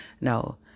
No